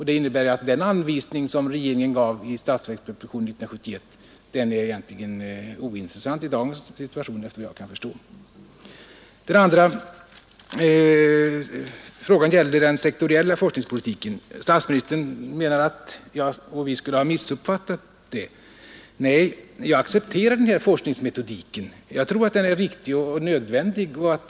Det innebär att den anvisning som regeringen gav i statsverkspropositionen 1971 egentligen är ointressant i dagens situation efter vad jag kan förstå. Den tredje frågan gäller den sektoriella forskningspolitiken. Statsministern menar att vi skulle ha missuppfattat den. Nej, jag accepterar denna forskningsmetodik. Jag tror att den är riktig och nödvändig.